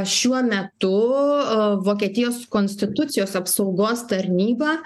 šiuo metu vokietijos konstitucijos apsaugos tarnyba